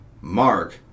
Mark